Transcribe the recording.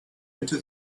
into